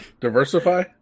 Diversify